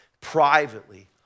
privately